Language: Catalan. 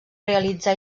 realitzà